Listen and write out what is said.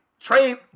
trade